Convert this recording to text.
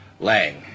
Lang